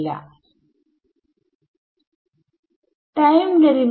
ഈ ചിത്രം മനസ്സിലാവുന്നുണ്ടല്ലോ അല്ലെ